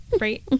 right